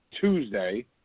Tuesday